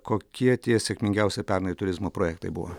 kokie tie sėkmingiausi pernai turizmo projektai buvo